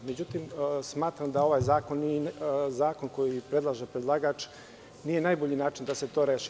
Međutim, smatram da ovaj zakon, zakon koji predlaže predlagač, je najbolji način da se to reši.